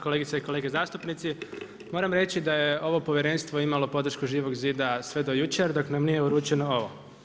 Kolegice i kolege zastupnici, moram reći da je ovo povjerenstvo imalo podršku Živog zida sve do jučer, dakle, nije im uručeno ovo.